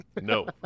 No